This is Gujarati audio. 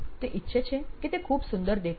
તે ઈચ્છે છે કે તે ખુબ સુંદર દેખાય